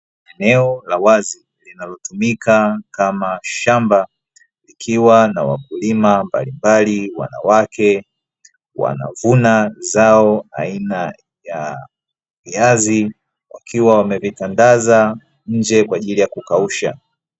Eneo la wazi linalotumika kama shamba, likiwa na wakulima mbalimbali wanawake wanavuna zao aina ya viazi, wakiwa wamevitandaza nje kwa ajili ya kukausha.